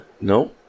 No